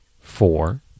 four